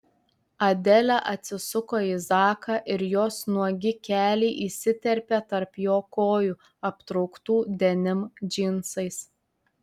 adelė atsisuko į zaką ir jos nuogi keliai įsiterpė tarp jo kojų aptrauktų denim džinsais